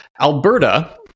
Alberta